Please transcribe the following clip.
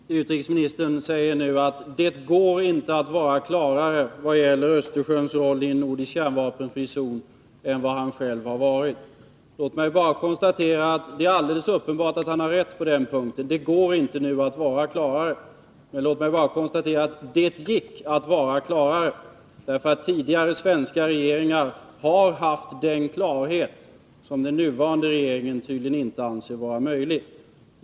Herr talman! Utrikesministern säger nu att det inte går att vara klarare i vad gäller Östersjöns roll i en nordisk kärnvapenfri zon än vad han själv har varit. Det är alldeles uppenbart att han har rätt på den punkten — det går inte nu att vara att klarare. Men låt mig bara konstatera att det gick att vara klarare, därför att tidigare svenska regeringar har haft den klarhet som den nuvarande regeringen tydligen inte anser vara möjlig.